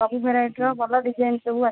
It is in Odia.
ସବୁ ଭେରାଇଟିର ଭଲ ଡିଜାଇନ୍ ସବୁ ଆସେ